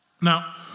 Now